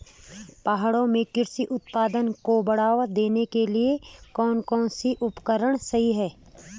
पहाड़ों में कृषि उत्पादन को बढ़ावा देने के लिए कौन कौन से उपकरण सही हैं?